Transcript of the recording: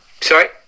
Sorry